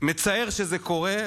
מצער שזה קורה,